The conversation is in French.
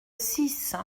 six